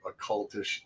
occultish